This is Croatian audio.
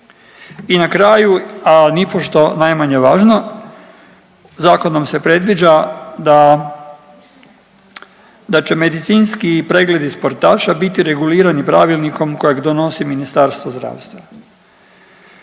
I na kraju, a nipošto najmanje važno zakonom se predviđa da će medicinski pregledi sportaša biti regulirani pravilnikom kojeg donosi Ministarstvo zdravstva.